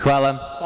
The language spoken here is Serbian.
Hvala.